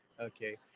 Okay